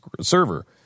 server